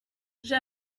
j’ai